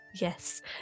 yes